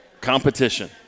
competition